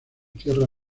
tierra